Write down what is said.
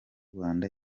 rwanda